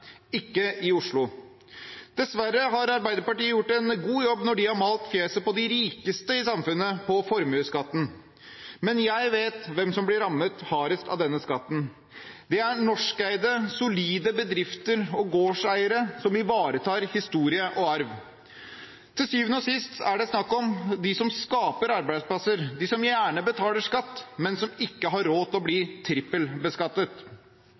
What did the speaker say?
ikke i Oslo. Dessverre har Arbeiderpartiet gjort en god jobb når de har malt fjeset på de rikeste i samfunnet på formuesskatten – men jeg vet hvem som blir rammet hardest av denne skatten. Det er norskeide solide bedrifter og gårdseiere som ivaretar historie og arv. Til syvende og sist er det snakk om dem som skaper arbeidsplasser – de som gjerne betaler skatt, men ikke har råd til å bli trippelbeskattet.